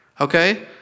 Okay